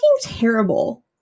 terrible